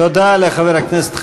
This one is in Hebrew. תודה לחבר הכנסת חזן.